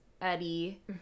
eddie